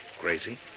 Crazy